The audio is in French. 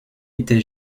était